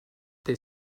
they